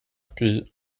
puis